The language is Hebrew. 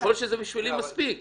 יכול להיות שזה מספיק בשבילי,